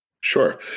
Sure